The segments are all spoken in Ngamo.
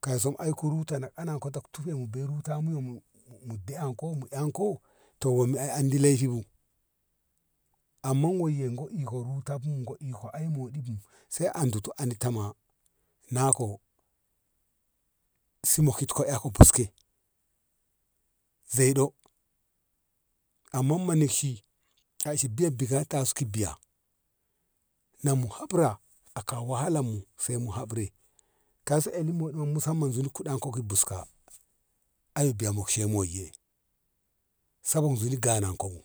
kai so ai ku ruta ananko tak tufe mu bi ruta mu yo muda`en ko mu enko to wom`i ai handi leifi bu amma wen e ko go ruta bu go i ai moɗi bu sai dutu ani tama nako simikti ka eh ka biske zaiɗo amma munakshi a ishi diya kashi ki diya an mu habra a ka wahala mu sai mu habre kaiso eli moɗi zuni kuɗan ka buska ai biya mokshe moiye sabog zuni ganan ko bu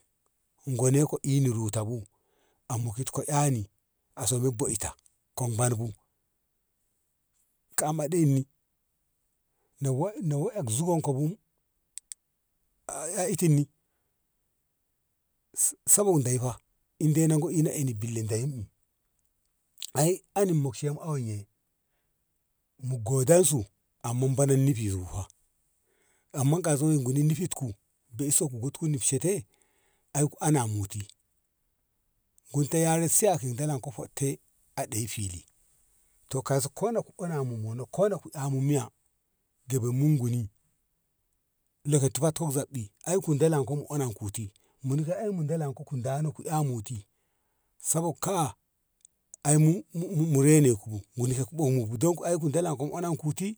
gone ko ini ruta bu a mukitko ehni a soma boita ka mon bu ta maɗeini na wa e na wa e zugan ko bu a itin ni s- sabo dei fa in dai na go ina eni belin deiyim anin mokshe anin ye mu godan su amma banin ne biyo bu fa amma kaiso gunin ni fit ku bei sokto ku nokshete ai ana muti gunta yarek siya kindalak ka hotte a ɗe fili to ko kaiso ko na kuɓuna mumuno kona kuɗa mu miyya gabai mu guni loka tu fatu zabɓe ai kun dala mu dalan ku ti muni ke mu dalan ku dano ku eh muti sabog ka`a ai mu munene ku mune yokɓo mu don kuku dalan mu onen ku ti.